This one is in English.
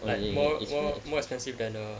like more more expensive than uh